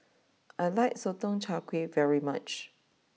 I like Sotong Char Kway very much